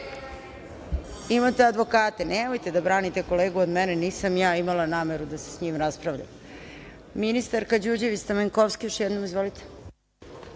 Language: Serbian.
advokate. Nemojte da branite kolegu od mene, nisam ja imala nameru da se sa njim raspravljam. Ima reč ministarka Đurđević Stamenkovski, još jednom. Izvolite.